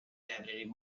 library